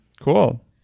Cool